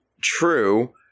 true